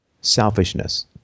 selfishness